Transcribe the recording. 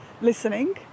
listening